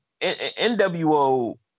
NWO